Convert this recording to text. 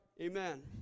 Amen